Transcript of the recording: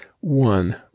one